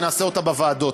ונעשה אותה בוועדות.